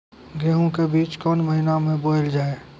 गेहूँ के बीच कोन महीन मे बोएल जाए?